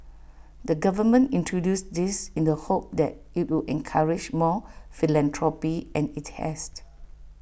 the government introduced this in the hope that IT would encourage more philanthropy and IT has